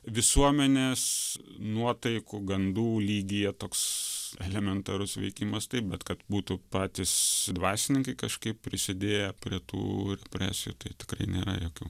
visuomenės nuotaikų gandų lygyje toks elementarus veikimas taip bet kad būtų patys dvasininkai kažkaip prisidėję prie tų represijų tai tikrai nėra jokių